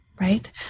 Right